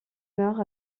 meurt